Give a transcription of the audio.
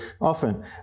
often